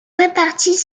répartis